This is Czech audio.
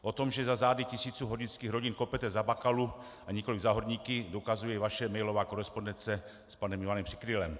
To, že za zády tisíců hornických rodin kopete za Bakalu a nikoliv za horníky, dokazuje i vaše mailová korespondence s panem Ivanem Přikrylem.